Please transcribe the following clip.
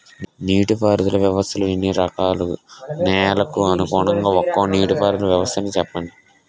నీటి పారుదల వ్యవస్థలు ఎన్ని రకాలు? నెలకు అనుగుణంగా ఒక్కో నీటిపారుదల వ్వస్థ నీ చెప్పండి?